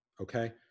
Okay